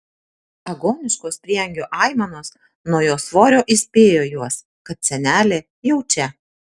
agoniškos prieangio aimanos nuo jos svorio įspėjo juos kad senelė jau čia